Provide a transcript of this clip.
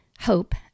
hope